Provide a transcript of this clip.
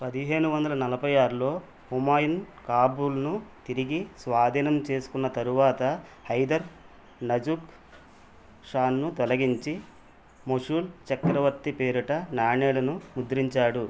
పదిహేను వందల నలభై ఆరులో హుమాయూన్ కాబూల్ను తిరిగి స్వాధీనం చేసుకున్న తరువాత హైదర్ నజుక్ షాను తొలగించి మొఘల్ చక్రవర్తి పేరిట నాణాలను ముద్రించాడు